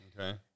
Okay